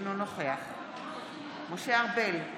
אינו נוכח משה ארבל,